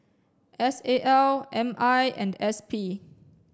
S A L M I and S P